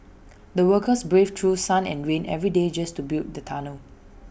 the workers braved through sun and rain every day just to build the tunnel